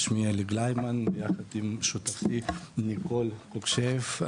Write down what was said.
שמי אלי גלייבמן ביחד עם שותפתי ניקול קוקשייב,